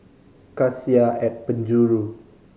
Cassia at Penjuru